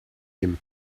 him